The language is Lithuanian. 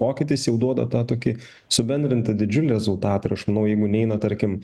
pokytis jau duoda tą tokį subendrintą didžiulį rezultatą ir aš manau jeigu neina tarkim